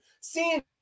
Seeing